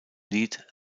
lied